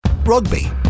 rugby